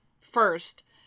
first